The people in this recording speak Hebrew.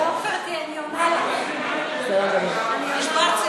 לא, גברתי, אני עונה לך.